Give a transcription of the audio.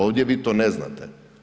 Ovdje vi ti ne znate.